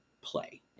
play